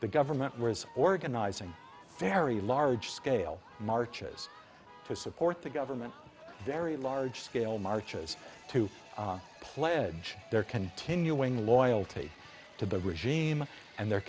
the government was organizing very large scale marches to support the government very large scale marches to pledge their continuing loyalty to the regime and the